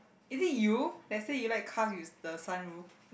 is it you that say you like cars with the sunroof